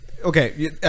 Okay